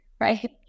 right